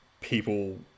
people